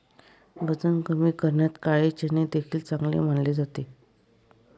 वजन कमी करण्यात काळे चणे देखील चांगले मानले जाते